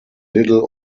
little